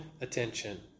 attention